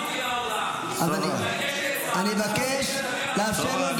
אני מבקש לאפשר לו לדבר.